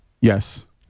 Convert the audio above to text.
Yes